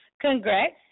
congrats